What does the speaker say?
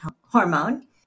hormone